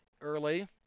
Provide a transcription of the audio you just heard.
early